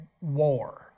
war